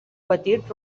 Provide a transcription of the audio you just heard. petit